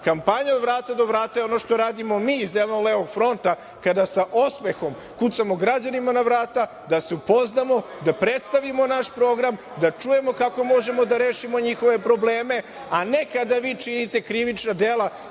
Kampanja od vrata do vrata je ono što radimo mi iz Zeleno-levog fronta, kada sa osmehom kucamo građanima na vrata, da se upoznamo, da predstavimo naš program, da čujemo kako možemo da rešimo njihove probleme, a ne kada vi činite krivična dela,